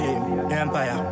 Empire